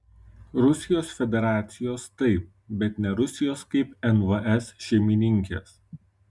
rusijos federacijos taip bet ne rusijos kaip nvs šeimininkės